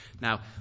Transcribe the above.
Now